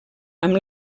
amb